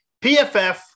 PFF